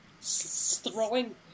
throwing